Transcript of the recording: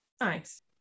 Nice